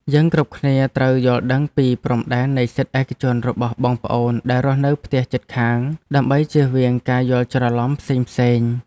យើងគ្រប់គ្នាត្រូវយល់ដឹងពីព្រំដែននៃសិទ្ធិឯកជនរបស់បងប្អូនដែលរស់នៅផ្ទះជិតខាងដើម្បីជៀសវាងការយល់ច្រឡំផ្សេងៗ។